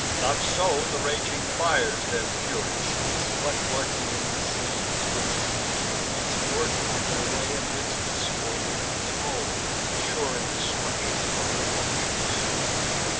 not so the raging fires their fury cease, but, lurking in the seams, with seeming peace, work on their way amid the smold'ring tow, sure in destruction, but in motion slow.